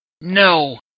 No